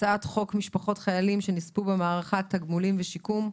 הצעת חוק משפחות חיילים שנספו במערכה (תגמולים ושיקום)